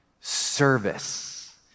service